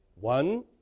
one